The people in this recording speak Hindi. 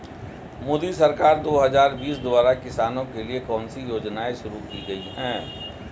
मोदी सरकार दो हज़ार बीस द्वारा किसानों के लिए कौन सी योजनाएं शुरू की गई हैं?